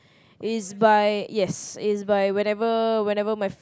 is by yes is by whenever whenever my